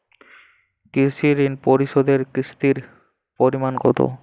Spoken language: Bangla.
কৃষি ঋণ পরিশোধের কিস্তির পরিমাণ কতো?